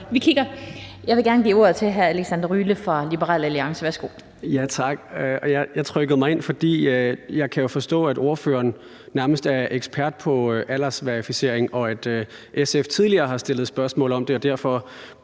Jeg vil gerne give ordet til hr. Alexander Ryle fra Liberal Alliance. Værsgo. Kl. 16:14 Alexander Ryle (LA): Tak. Jeg trykkede mig ind, fordi jeg jo kan forstå, at ordføreren nærmest er ekspert i aldersverificering, og at SF tidligere har stillet spørgsmål om det. Derfor